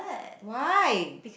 why